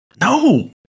No